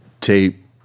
tape